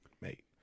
mate